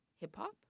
hip-hop